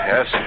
Yes